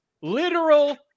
Literal